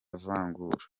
vangura